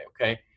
okay